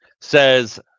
Says